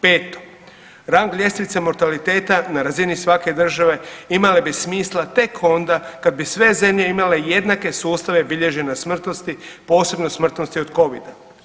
Peto, rang ljestvice mortaliteta na razini svake države imale bi smisla tek onda kad bi sve zemlje imale jednake sustave bilježenja smrtnosti, posebno smrtnosti od covida.